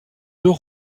deux